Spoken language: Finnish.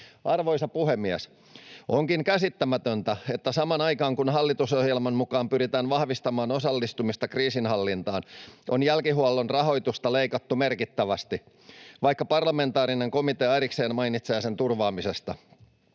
Arvoisa puhemies! Onkin käsittämätöntä, että samaan aikaan, kun hallitusohjelman mukaan pyritään vahvistamaan osallistumista kriisinhallintaan, on jälkihuollon rahoitusta leikattu merkittävästi, vaikka parlamentaarinen komitea erikseen mainitsee sen turvaamisesta.